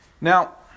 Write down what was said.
Now